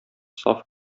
саф